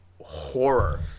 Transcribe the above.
horror